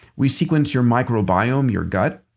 we sequence your micro-biome, your gut.